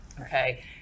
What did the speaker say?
Okay